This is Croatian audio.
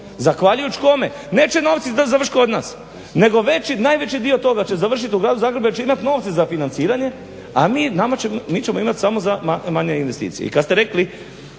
zahvaljujući kome? Neće novci završiti kod nas nego najveći dio toga će završiti u gradu Zagrebu jer će imati novce za financiranje a mi nama će, mi ćemo imati samo za manje investicije. I kad ste rekli